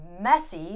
messy